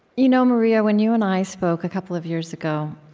you know maria, when you and i spoke a couple of years ago,